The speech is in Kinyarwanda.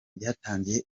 byatangiye